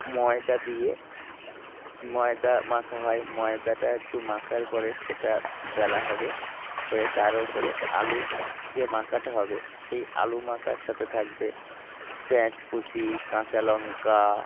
ময়দা দিয়ে ময়দা মাখা হয় ময়দাটা একটু মাখার পরে সেটা বেলা হবে হয়ে তার ওপরে আলু যে মাখাটা হবে সেই আলু মাখার সাথে থাকবে পেঁয়াজ কুঁচি কাঁচা লঙ্কা